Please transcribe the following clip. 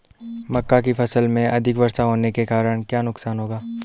मक्का की फसल में अधिक वर्षा होने के कारण क्या नुकसान होगा?